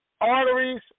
arteries